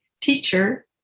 teacher